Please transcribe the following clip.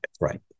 Right